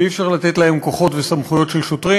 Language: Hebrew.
ואי-אפשר לתת להם כוחות וסמכויות של שוטרים.